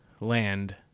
land